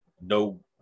no